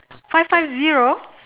five five zero